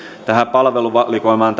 palveluvalikoimaan